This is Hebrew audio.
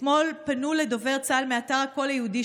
אתמול פנו לדובר צה"ל מאתר הקול היהודי,